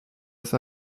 ist